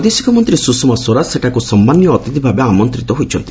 ବୈଦେଶିକ ମନ୍ତ୍ରୀ ସୁଷମା ସ୍ୱରାଜ ସେଠାକୁ ସମ୍ମାନୀୟ ଅତିଥିଭାବେ ଆମନ୍ତିତ ହୋଇଛନ୍ତି